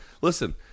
Listen